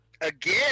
Again